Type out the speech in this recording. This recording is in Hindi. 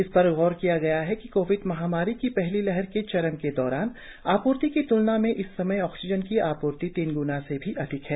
इस पर गौर किया गया कि कोविड महामारी की पहली लहर के चरम के दौरान आपूर्ति की त्लना में इस समय ऑक्सीजन की आपूर्ति तीन ग्ना से भी अधिक है